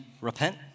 repent